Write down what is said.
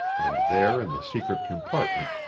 and there in the secret compartment,